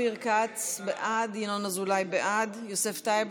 אופיר כץ, בעד, ינון אזולאי, בעד, יוסף טייב?